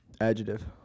Adjective